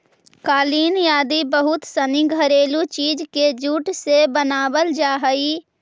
कालीन आदि बहुत सनी घरेलू चीज के जूट से बनावल जा हइ